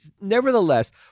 Nevertheless